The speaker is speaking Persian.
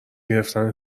گرفتن